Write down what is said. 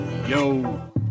Yo